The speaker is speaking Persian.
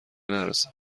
نرسم